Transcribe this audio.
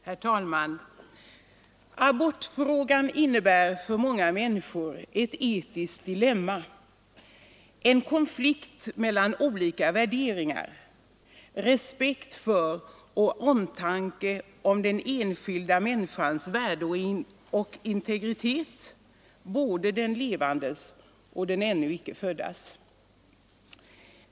Herr talman! Abortfrågan innebär för många människor ett etiskt dilemma, en konflikt mellan olika värderingar — respekt för och omtanke om den enskilda människans värde och integritet, både den levandes och den ännu icke föddes.